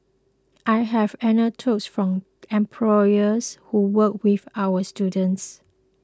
I have anecdotes from employers who work with our students